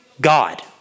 God